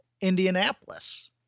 Indianapolis